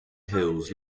hills